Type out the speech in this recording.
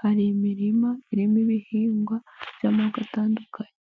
hari imirima irimo ibihingwa by'amoko atandukanye.